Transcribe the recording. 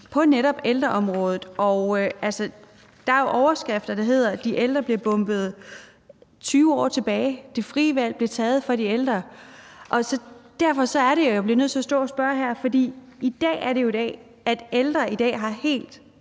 og i forhold til det er der overskrifter, der lyder: De ældre bliver bombet 20 år tilbage; det frie valg bliver taget fra de ældre. Derfor er det jo, at jeg bliver nødt til at stå her og spørge. I dag er det jo sådan, at ældre har helt